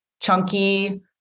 chunky